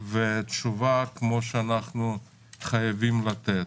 ותשובה כמו שאנחנו חייבים לתת.